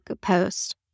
post